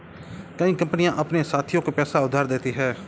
कई कंपनियां अपने साथियों को पैसा उधार देती हैं